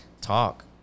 talk